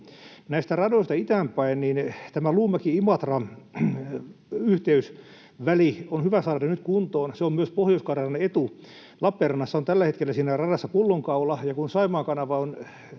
Näistä radoista itään päin, niin tämä Luumäki—Imatra-yhteysväli on hyvä saada nyt kuntoon. Se on myös Pohjois-Karjalan etu. Lappeenrannassa on tällä hetkellä siinä rannassa pullonkaula. Kun Saimaan kanava on